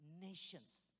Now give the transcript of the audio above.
Nations